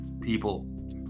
people